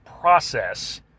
process